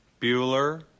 Bueller